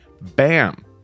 bam